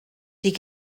die